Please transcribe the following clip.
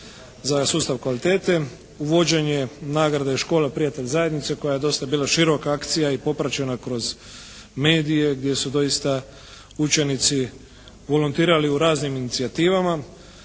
za sustav kvalitete, uvođenje nagrade škola prijatelj zajednice koja je dosta bila široka akcija i popraćena kroz medije gdje su doista učenici volontirali u raznim inicijativama,